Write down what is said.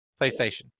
PlayStation